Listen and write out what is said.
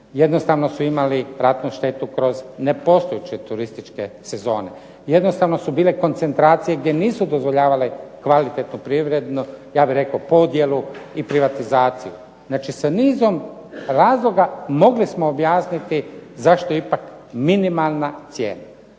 jednostavno su imali ratnu štetu kroz nepostojeće turističke sezone, jednostavne su bile koncentracije gdje nisu dozvoljavale kvalitetnu privrednu ja bih rekao podjelu i privatizaciju. Znači, sa nizom razloga mogli smo objasniti zašto ipak minimalna cijena.